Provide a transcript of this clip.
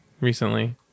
recently